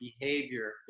behavior